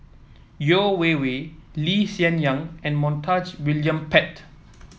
Yeo Wei Wei Lee Hsien Yang and Montague William Pett